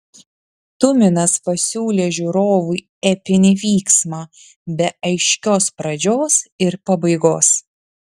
tuminas pasiūlė žiūrovui epinį vyksmą be aiškios pradžios ir pabaigos